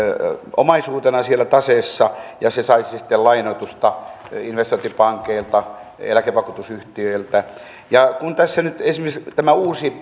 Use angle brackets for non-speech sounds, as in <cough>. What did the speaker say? omaisuutena siellä taseessa ja se saisi sitten lainoitusta investointipankeilta eläkevakuutusyhtiöiltä kun tässä nyt esimerkiksi tämä uusi <unintelligible>